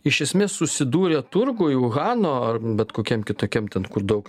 iš esmės susidūrė turguj uhano ar bet kokiam kitokiam ten kur daug